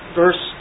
verse